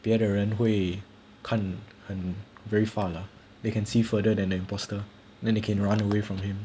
别的人会看很 very far lah they can see further than an imposter then they can run away from him